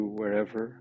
wherever